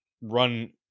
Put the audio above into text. run